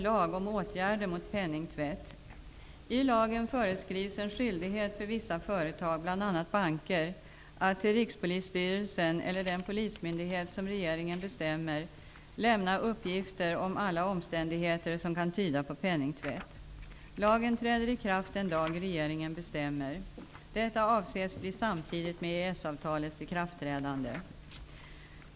lagen föreskrivs en skyldighet för vissa företag, bl.a. banker, att till Rikspolisstyrelsen eller den polismyndighet som regeringen bestämmer lämna uppgifter om alla omständigheter som kan tyda på penningtvätt . Lagen träder i kraft den dag regeringen bestämmer. Detta avses bli samtidigt med EES-avtalets ikraftträdande.